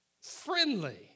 friendly